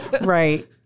Right